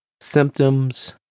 symptoms